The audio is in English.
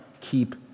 keep